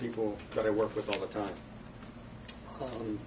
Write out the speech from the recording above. people that i work with all the time